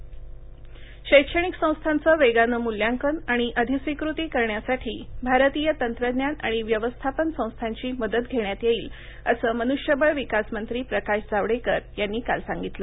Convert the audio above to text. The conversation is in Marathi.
जावडेकर शैक्षणिक सस्थाच वेगान मूल्याकन आणि अधिस्विकृती करण्यासाठी भारतीय तंत्रज्ञान आणि व्यवस्थापन सस्थाची मदत घेण्यात येईल असं मनुष्यबळ विकास मंत्री प्रकाश जावडेकर यांनी काल सांगितलं